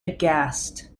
aghast